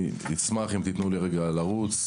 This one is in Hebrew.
אשמח אם תתנו לי רגע לרוץ,